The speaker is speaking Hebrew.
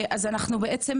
אז אני אפנה